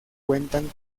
cuentan